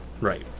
Right